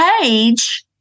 page